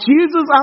Jesus